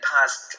past